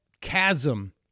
chasm